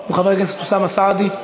הוא חבר הכנסת אוסאמה סעדי,